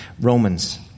Romans